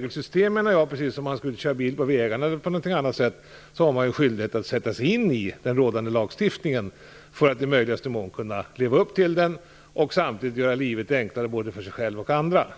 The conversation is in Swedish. Precis som när man skall köra bil på vägarna, finns det här ett regelsystem. Man har skyldighet att sätta sig in i den rådande lagstiftningen för att i möjligaste mån kunna leva upp till den. Därmed gör man livet enklare både för sig själv och för andra.